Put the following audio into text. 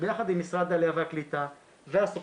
שביחד עם משרד העלייה והקליטה והסוכנות